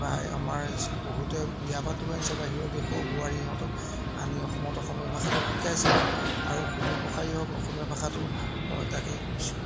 বা আমাৰ যি বহুতে বিয়া পাতিও আনিছে বাহিৰৰ দেশৰ বোৱাৰীহঁতক আনি অসমত অসমীয়া ভাষাটো শিকাইছেও আৰু সুদূৰপ্ৰসাৰী হওক অসমীয়া ভাষাটো মই তাকেই কৈছোঁ